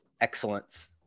excellence